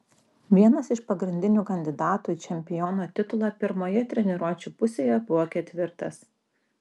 vienas iš pagrindinių kandidatų į čempiono titulą pirmoje treniruočių pusėje buvo ketvirtas